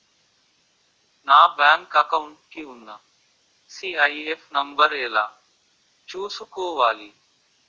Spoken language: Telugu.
నా బ్యాంక్ అకౌంట్ కి ఉన్న సి.ఐ.ఎఫ్ నంబర్ ఎలా చూసుకోవాలి?